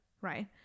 right